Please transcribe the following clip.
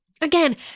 Again